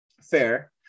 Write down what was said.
Fair